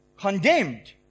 Condemned